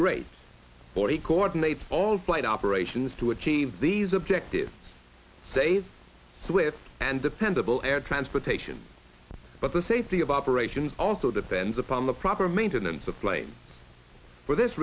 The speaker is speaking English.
he coordinates all flight operations to achieve these objectives saves swift and dependable air transportation but the safety of operations also depends upon the proper maintenance of blame for this